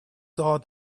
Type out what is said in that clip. saw